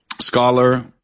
scholar